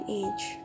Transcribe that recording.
age